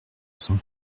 cent